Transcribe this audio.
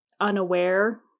unaware